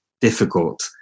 difficult